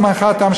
זמנך תם,